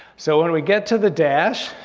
so when we get to the dash.